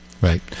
Right